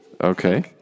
Okay